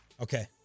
Okay